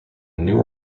new